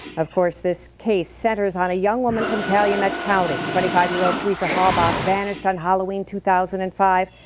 of course this case centers on a young woman from calumet county. twenty five year old teresa halbach vanished on halloween two thousand and five.